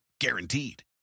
Guaranteed